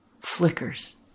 flickers